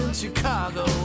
Chicago